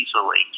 easily